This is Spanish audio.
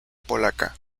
polaca